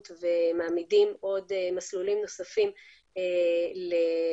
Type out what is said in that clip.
ומעמידים עוד מסלולים נוספים לזיהוי.